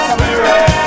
Spirit